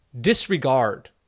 disregard